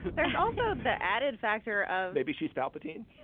there's also the added factor of maybe she's palpatine